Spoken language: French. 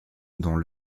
dont